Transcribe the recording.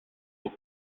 aux